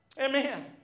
Amen